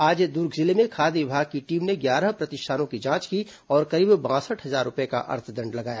आज दुर्ग जिले में खाद्य विभाग की टीम ने ग्यारह प्रतिष्ठानों की जांच की और करीब बासठ हजार रूपये का अर्थदण्ड लगाया